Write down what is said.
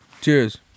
Cheers